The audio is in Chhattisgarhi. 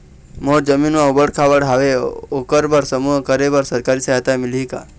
मोर जमीन म ऊबड़ खाबड़ हावे ओकर बर समूह करे बर सरकारी सहायता मिलही का?